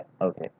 okay